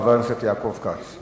חבר הכנסת יעקב כץ.